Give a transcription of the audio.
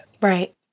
Right